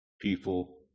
people